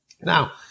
Now